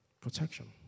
protection